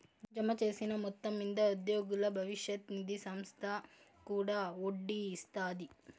జమచేసిన మొత్తం మింద ఉద్యోగుల బవిష్యత్ నిది సంస్త కూడా ఒడ్డీ ఇస్తాది